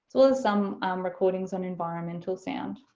so as some recordings on environmental sound.